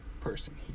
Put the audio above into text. person